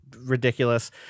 ridiculous